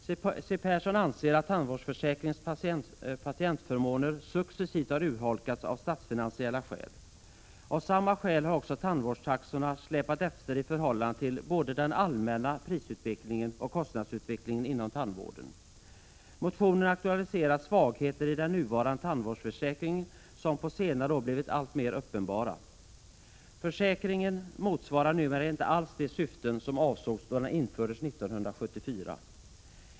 Siw Persson anser att tandvårdsförsäkringens patientförmåner successivt har urholkats av statsfinansiella skäl. Av samma skäl har också tandvårdstaxorna släpat efter i förhållande till både den allmänna prisutvecklingen och kostnadsutvecklingen inorh tandvården. Motionen aktualiserar svagheter i den nuvarande tandvårdsförsäkringen som på senare år blivit alltmer uppenbara. Försäkringen motsvarar numera inte alls de syften som avsågs då den infördes 1974.